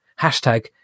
Hashtag